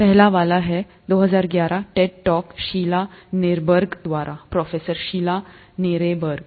पहल वाला है 2011 टेड टॉक शीला निरबर्ग द्वारा प्रोफेसर शीला निरेनबर्ग